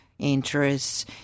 interests